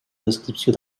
descripció